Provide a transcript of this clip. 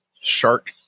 shark